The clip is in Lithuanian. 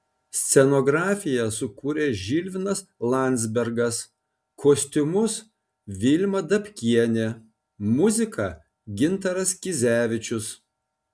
scenografiją sukūrė žilvinas landzbergas kostiumus vilma dabkienė muziką gintaras kizevičius